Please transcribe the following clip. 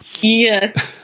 Yes